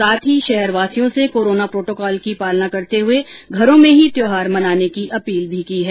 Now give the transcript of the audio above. साथ ही शहर वासियों से कोरोना प्रोटोकॉल की पालना करते हुए घरों में ही त्यौहार मनाने की अपील की है